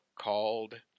called